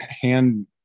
hand